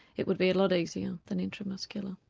it would be a lot easier than intramuscular.